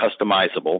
customizable